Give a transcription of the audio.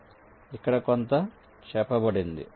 కాబట్టి ఇక్కడ కొంత చెప్పబడింది